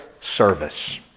service